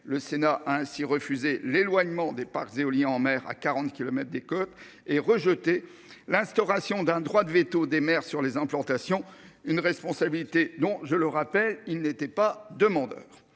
le Sénat a ainsi refusé l'éloignement des parcs éoliens en mer à 40 kilomètres des côtes et rejeté l'instauration d'un droit de véto des maires sur les implantations une responsabilité non je le rappelle, il n'était pas demandeur